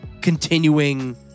continuing